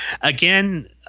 Again